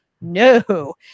No